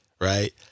right